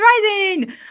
Rising